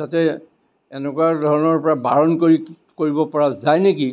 যাতে এনেকুৱা ধৰণৰপৰা বাৰ্ন কৰি কিক কৰিবপৰা যায় নেকি